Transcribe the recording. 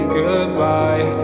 goodbye